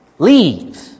Leave